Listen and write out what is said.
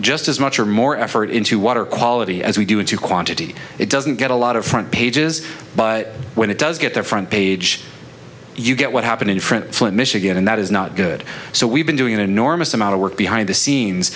just as much or more effort into water quality as we do into quantity it doesn't get a lot of front pages but when it does get there front page you get what happened in front flint michigan and that is not good so we've been doing an enormous amount of work behind the scenes